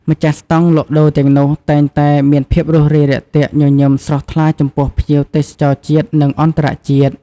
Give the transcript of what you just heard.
ម្ចាស់ស្តង់លក់ដូរទាំងនោះ តែងតែមានភាពរួសរាយរាក់ទាក់ញញឹមស្រស់ថ្លាចំពោះភ្ញៀវទេសចរជាតិ និងអន្តរជាតិ។